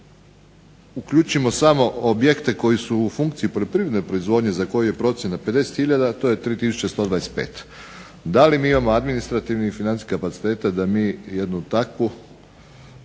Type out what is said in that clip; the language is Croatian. uključimo samo objekte koji su u funkciji poljoprivredne proizvodnje za koju je procjena 50 hiljada to je tri tisuće 125. Da li mi imamo administrativna i financijskih kapaciteta da mi jednu takav